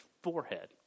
forehead